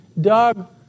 Doug